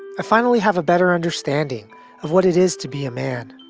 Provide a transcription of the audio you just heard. i finally have a better understanding of what it is to be a man.